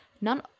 none